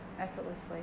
effortlessly